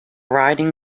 riding